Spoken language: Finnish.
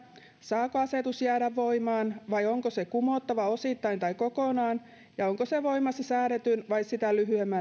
saako asetus jäädä voimaan vai onko se kumottava osittain tai kokonaan ja onko se voimassa säädetyn vai sitä lyhyemmän ajan